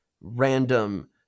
random